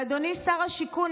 אדוני שר השיכון,